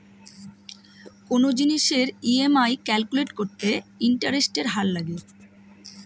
কোনো জিনিসের EMI calculate করতে ইন্টারেস্টের হার লাগে